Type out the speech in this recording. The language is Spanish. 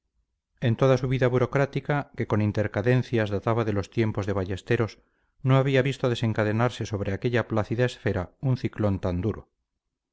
en toda su vida burocrática que con intercadencias databa de los tiempos de ballesteros no había visto desencadenarse sobre aquella plácida esfera un ciclón tan duro